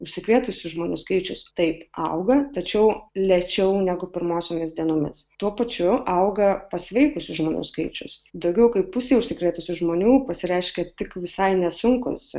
užsikrėtusių žmonių skaičius taip auga tačiau lėčiau negu pirmosiomis dienomis tuo pačiu auga pasveikusių žmonių skaičius daugiau kaip pusė užsikrėtusių žmonių pasireiškia tik visai nesunkūs